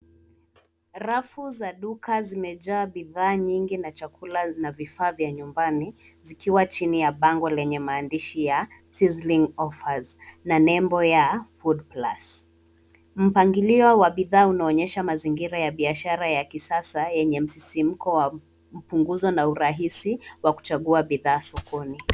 Rafu za duka zimejaa bidhaa nyingi na chakula na vifaa vya nyumbani zikiwa chini ya bango lenye maandishi ya sizzling offers na nembo ya food plus . Mpangilio wa bidhaa unaonyesha mazingira ya biashara ya kisasa yenye msisimko wa mpunguzo na urahisi wa kuchagua bidhaa sokoni.